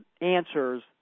answers